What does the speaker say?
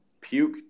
Puke